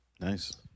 Nice